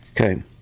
Okay